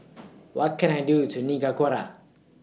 What Can I Do to Nicaragua